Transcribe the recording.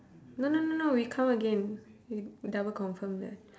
no no no no we count again we double confirm there